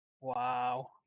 Wow